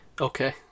Okay